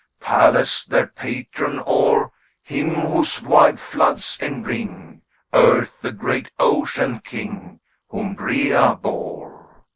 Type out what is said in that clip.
pallas their patron, or him whose wide floods enring earth, the great ocean-king whom rhea bore.